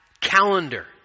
calendar